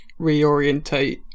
reorientate